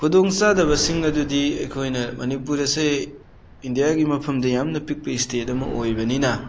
ꯈꯨꯗꯣꯡꯆꯥꯗꯕꯁꯤꯡ ꯑꯗꯨꯗꯤ ꯑꯩꯈꯣꯏꯅ ꯃꯅꯤꯄꯨꯔ ꯑꯁꯦ ꯏꯟꯗꯤꯌꯥꯒꯤ ꯃꯐꯝꯗ ꯌꯥꯝꯅ ꯄꯤꯛꯄ ꯏꯁꯇꯦꯠ ꯑꯃ ꯑꯣꯏꯕꯅꯤꯅ